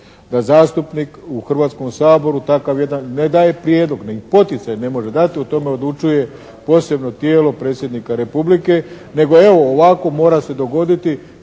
da zastupnik u Hrvatskom saboru takav jedan ne daje prijedlog, nego poticaj ne može dati. O tome odlučuje posebno tijelo predsjednika Republike nego evo ovako mora se dogoditi,